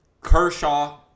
kershaw